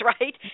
right